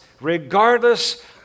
regardless